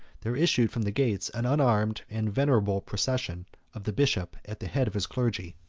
there issued from the gates an unarmed and venerable procession of the bishop at the head of his clergy.